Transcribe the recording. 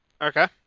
Okay